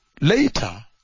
Later